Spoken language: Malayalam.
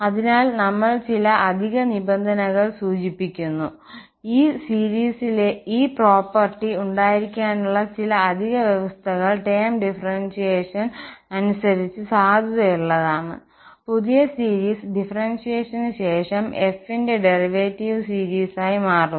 അതിനാൽ നമ്മൾ ചില അധിക നിബന്ധനകൾ സൂചിപ്പിക്കുന്നു ഈ പ്രോപ്പർട്ടി ഉണ്ടായിരിക്കാനുള്ള ചില അധിക വ്യവസ്ഥകൾ ടേം ഡിഫറൻഷ്യേഷൻ അനുസരിച്ച് സാധുതയുള്ളതാണ് പുതിയ സീരീസ് ഡിഫറൻഷ്യേഷൻ ശേഷം f ന്റെ ഡെറിവേറ്റീവ് സീരീസായി മാറുന്നു